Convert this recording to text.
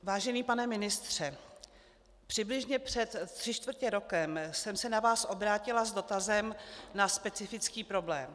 Vážený pane ministře, přibližně před tři čtvrtě rokem jsem se na vás obrátila s dotazem na specifický problém.